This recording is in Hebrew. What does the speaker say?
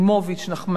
אילן גילאון,